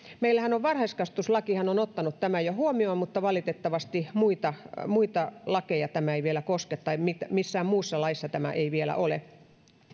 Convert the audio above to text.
meillähän on varhaiskasvatuslaki ottanut tämän jo huomioon mutta valitettavasti muita muita lakeja tämä ei vielä koske tai missään muussa laissa tämä ei vielä ole